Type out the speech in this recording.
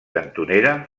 cantonera